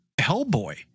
Hellboy